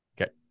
okay